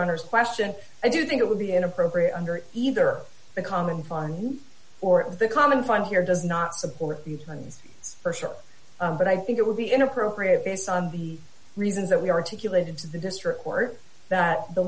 honour's question i do think it would be inappropriate under either the common fund or the common find here does not support your plans for sure but i think it would be inappropriate based on the reasons that we articulated to the district court that the